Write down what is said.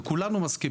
וכולנו מסכימים,